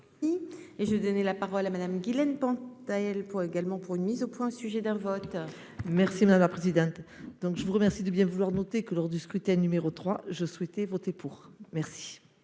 Dagbert. Et j'ai donné la parole à Madame Guilaine Pontaillet pour également pour une mise au point au sujet d'un vote. Merci madame la présidente, donc je vous remercie de bien vouloir noter que lors du scrutin, numéro 3 je souhaitais voter pour merci.